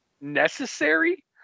necessary